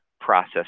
process